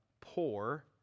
poor